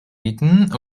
bieten